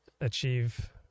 achieve